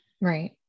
Right